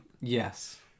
Yes